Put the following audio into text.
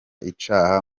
icaha